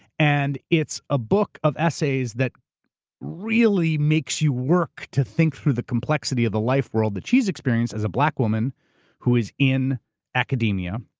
and it's a book of essays that really makes you work to think through the complexity of the life world that she's experienced as a black woman who is in academia,